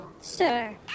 Sir